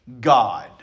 God